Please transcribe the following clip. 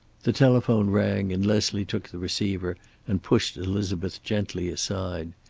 the telephone rang and leslie took the receiver and pushed elizabeth gently aside.